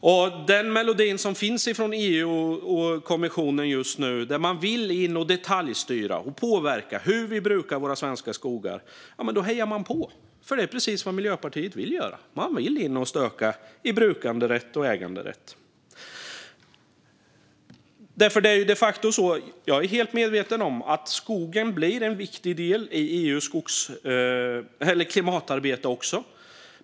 När det gäller den melodi som hörs från EU och kommissionen just nu och som handlar om att man vill gå in och detaljstyra och påverka hur vi brukar våra svenska skogar hejar Miljöpartiet på. För det är precis vad Miljöpartiet vill göra; man vill in och stöka i brukanderätt och äganderätt. Jag är helt medveten om att skogen blir en viktig del i EU:s klimatarbete. Det är de facto så.